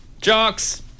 Jocks